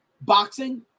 Boxing